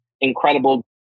incredible